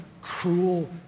cruel